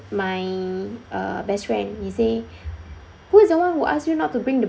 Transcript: my uh best friend he say who is the one who ask you not to bring the